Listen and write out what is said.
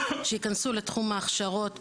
שיכנסו לתחום ההכשרות,